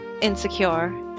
insecure